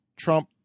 Trump